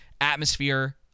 atmosphere